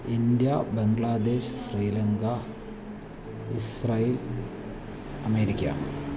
India Bangladesh Sri Lanka Israel America